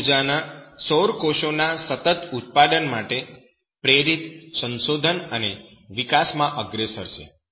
W Fraser Russell સૌર કોષોના સતત ઉત્પાદન માટે પ્રેરિત સંશોધન અને વિકાસમાં અગ્રેસર છે